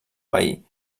veí